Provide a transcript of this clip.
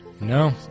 No